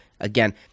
Again